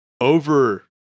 over